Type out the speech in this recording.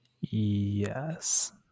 Yes